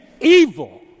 evil